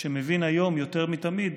שמבין היום יותר מתמיד